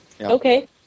Okay